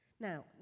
Now